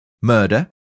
Murder